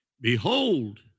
Behold